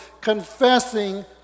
confessing